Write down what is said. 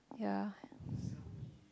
yeah